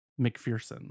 McPherson